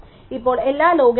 ഇപ്പോൾ എല്ലാം log in time